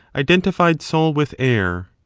identified soul with air.